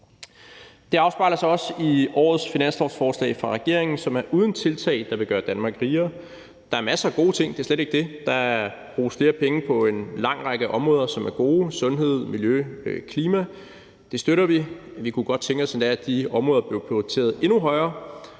Det afspejler sig også i årets finanslovsforslag fra regeringen, som er uden tiltag, der vil gøre Danmark rigere. Der er masser af gode ting, det er slet ikke det. Der bruges flere penge på en lang række områder, som er gode: sundhed, miljø og klima. Det støtter vi. Vi kunne endda godt tænke os, at de områder blev prioriteret endnu højere,